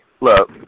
look